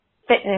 fitness